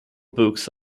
books